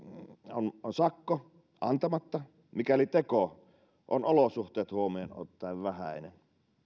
on on sakko antamatta mikäli teko on olosuhteet huomioon ottaen vähäinen